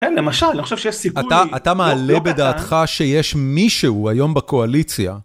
כן, למשל, אני חושב שיש סיכוי לא קטן. אתה מעלה בדעתך שיש מישהו היום בקואליציה.